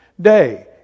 day